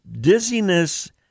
dizziness